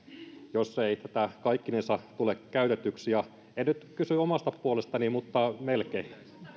jos ei tätä kaikkinensa tule käytetyksi en nyt kysy omasta puolestani mutta melkein